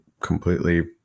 completely